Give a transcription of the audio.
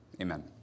Amen